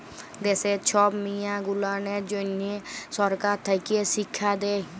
দ্যাশের ছব মিয়াঁ গুলানের জ্যনহ সরকার থ্যাকে শিখ্খা দেই